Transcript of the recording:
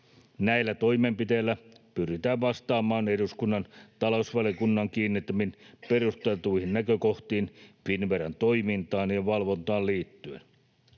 Näillä toimenpiteillä pyritään vastaamaan eduskunnan talousvaliokunnan kiinnittämiin perusteltuihin näkökohtiin Finnveran toimintaan ja valvontaan liittyen.